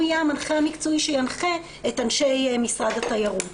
יהיה המנחה המקצועי שינחה את אנשי משרד התיירות.